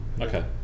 Okay